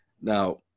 Now